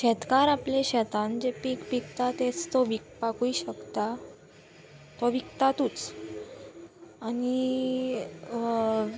शेतकार आपलें शेतान जें पीक विकता तेंच तो विकपाकूय शकता तो विकतातूच आनी